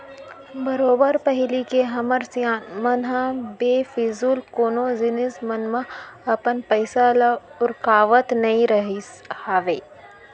बरोबर पहिली के हमर सियान मन ह बेफिजूल कोनो जिनिस मन म अपन पइसा ल उरकावत नइ रहिस हावय